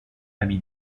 ami